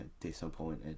disappointed